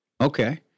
Okay